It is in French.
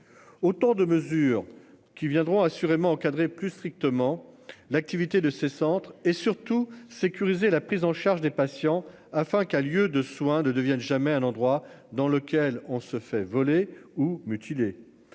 Autant de mesures qui viendront assurément encadrer plus strictement l'activité de ces centres et surtout sécuriser la prise en charge des patients afin qu'a lieu de soin de devienne jamais à un endroit dans lequel on se fait voler ou mutilés.